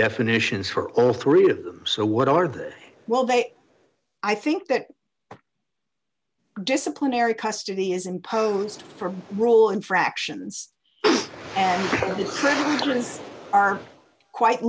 definitions for all three of them so what are the well they i think that disciplinary custody is imposed for role infractions and are quite